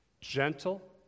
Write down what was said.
gentle